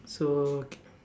so